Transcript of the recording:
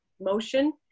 motion